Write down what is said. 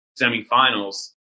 semifinals